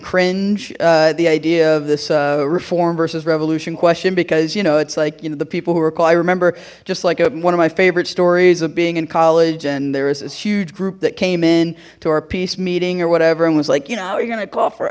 cringe the idea of this reform versus revolution question because you know it's like you know the people who are equai remember just like one of my favorite stories of being in college and there is a huge group that came in to our peace meeting or whatever and was like you know you're gonna call for